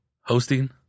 Hosting